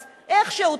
אז איכשהו,